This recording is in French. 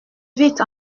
vite